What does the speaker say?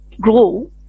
grow